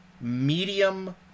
medium